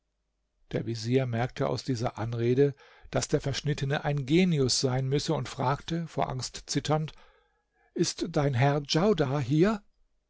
der vezier merkte aus dieser anrede daß der verschnittene ein genius sein müsse und fragte vor angst zitternd ist dein herr djaudar hier